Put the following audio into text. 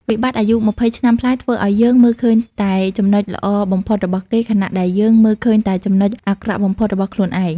វិបត្តិអាយុ២០ឆ្នាំប្លាយធ្វើឱ្យយើងមើលឃើញតែ "ចំណុចល្អបំផុត" របស់គេ ខណៈដែលយើងមើលឃើញតែ "ចំណុចអាក្រក់បំផុត" របស់ខ្លួនឯង។